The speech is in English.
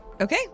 Okay